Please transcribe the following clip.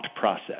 process